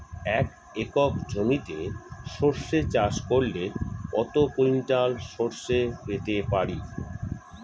এক একর জমিতে সর্ষে চাষ করলে কত কুইন্টাল সরষে পেতে পারি?